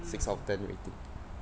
six of ten rating